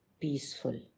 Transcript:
peaceful